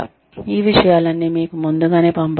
ఈ విషయాలన్నీ మీకు ముందుగానే పంపబడినవి